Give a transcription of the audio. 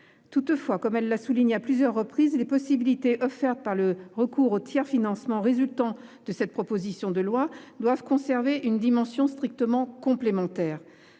Toutefois, comme elle l'a souligné à plusieurs reprises, les possibilités offertes par le recours au tiers-financement résultant de la proposition de loi doivent conserver une dimension strictement complémentaire.